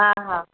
हा हा